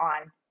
on